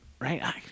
Right